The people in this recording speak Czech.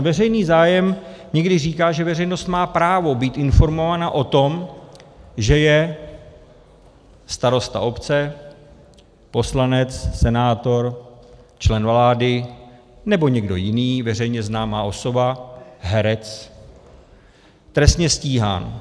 Veřejný zájem někdy říká, že veřejnost má právo být informovaná o tom, že je starosta obce, poslanec, senátor, člen vlády nebo někdo jiný, veřejně známá osoba, herec trestně stíhán.